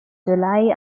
july